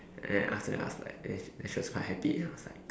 and after that I was like then she then she was quite happy then I was